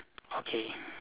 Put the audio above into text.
okay